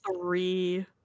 three